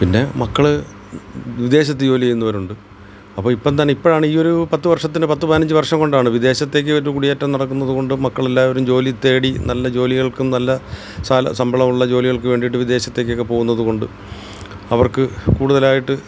പിന്നെ മക്കൾ വിദേശത്ത് ജോലി ചെയ്യുന്നവരുണ്ട് അപ്പം ഇപ്പം തന്നെ ഇപ്പോഴാണ് ഈ ഒരു പത്ത് വർഷത്തിന് പത്ത് പതിനഞ്ച് വർഷം കൊണ്ടാണ് വിദേശത്തേക്ക് കുടിയേറ്റം നടക്കുന്നതുകൊണ്ടും മക്കൾ എല്ലാവരും ജോലി തേടി നല്ല ജോലികൾക്കും നല്ല ശമ്പളം ഉള്ള ജോലികൾക്ക് വേണ്ടിയിട്ട് വിദേശത്തേക്കൊക്കെ പോവുന്നതുകൊണ്ട് അവർക്ക് കൂടുതലായിട്ട്